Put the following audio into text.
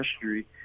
history